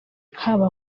haba